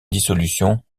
dissolution